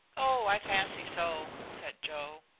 oh, i fancy so, said joe.